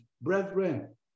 brethren